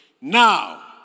Now